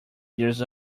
years